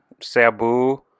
Sabu